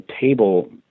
table